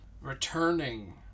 returning